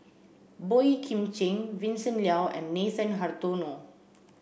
Boey Kim Cheng Vincent Leow and Nathan Hartono